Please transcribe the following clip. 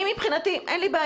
אני מבחינתי, אין לי בעיה.